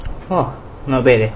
!wah! not bad leh